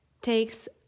takes